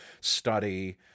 study